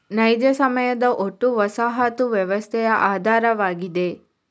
ನೈಜ ಸಮಯದ ಒಟ್ಟು ವಸಾಹತು ವ್ಯವಸ್ಥೆಯ ಆಧಾರವಾಗಿದೆ